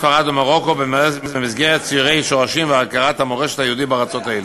ספרד ומרוקו במסגרת סיורי שורשים והכרת המורשת היהודית בארצות האלה.